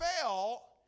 fell